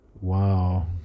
Wow